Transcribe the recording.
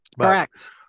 Correct